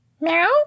Meow